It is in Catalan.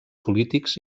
polítics